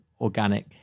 organic